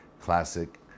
Classic